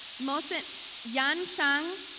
moset yangshan,